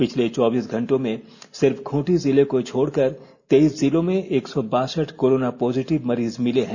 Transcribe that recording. पिछले चौबीस घंटों में सिर्फ खूंदी जिले को छोड़कर तेईस जिलों में एक सौ बासठ कोरोना पॉजिटिव मरीज मिले हैं